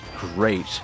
great